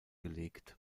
gelegt